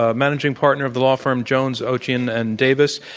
ah managing partner of the law firm jones, otjen, and davis.